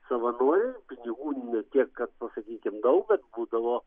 savanoriai pinigų ne tiek kad sakykime daug bet būdavo